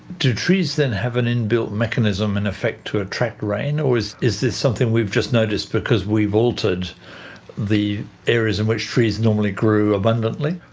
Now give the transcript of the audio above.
do trees then have an inbuilt mechanism in effect to attract rain, or is is this something we've just noticed because we've altered the areas in which trees normally grew abundantly?